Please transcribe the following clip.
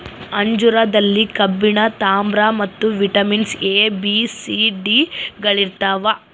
ಅಂಜೂರದಲ್ಲಿ ಕಬ್ಬಿಣ ತಾಮ್ರ ಮತ್ತು vitamin A B C D ಗಳಿರ್ತಾವ